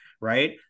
right